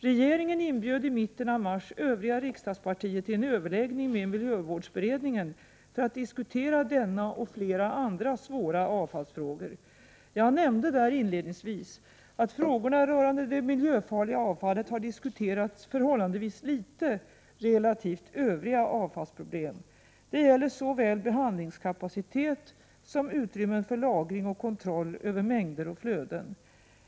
Regeringen inbjöd i mitten av mars övriga riksdagspartier till en överläggning med miljövårdsberedningen för att diskutera denna och flera andra svåra avfallsfrågor. Jag nämnde där inledningsvis att frågorna rörande det miljöfarliga avfallet har diskuterats relativt litet i förhållande till övriga avfallsproblem. Det gäller såväl behandlingskapacitet som utrymmen för lagring och kontroll över mängder och flöden.